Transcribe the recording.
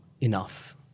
enough